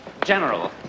General